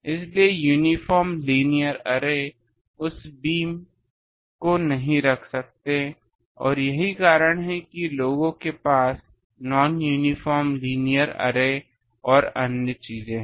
इसलिए uniform linear array उस beam को नहीं रख सकते हैं और यही कारण है कि लोगों के पास नॉनयूनिफ़ॉर्म लीनियर अरे और अन्य चीजें हैं